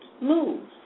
move